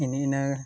ᱤᱱᱤ ᱤᱱᱟᱹ